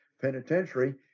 penitentiary